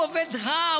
הוא עובד רע,